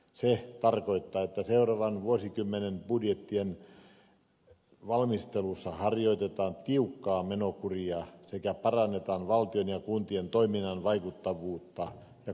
se tarkoittaa sitä että seuraavan vuosikymmenen budjettien valmistelussa harjoitetaan tiukkaa menokuria sekä parannetaan valtion ja kuntien toiminnan vaikuttavuutta ja kustannustehokkuutta